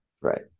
Right